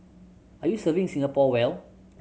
are you serving Singapore well